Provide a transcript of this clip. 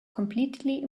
completely